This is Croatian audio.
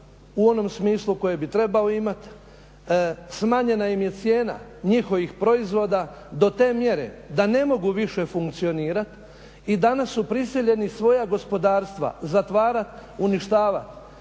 u onom smislu u kojem bi trebao imati, smanjena im je cijena njihovih proizvoda do te mjere da ne mogu više funkcionirati i danas su prisiljeni svoja gospodarstva zatvarati, uništavati,